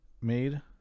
made